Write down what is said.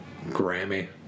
Grammy